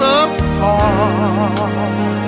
apart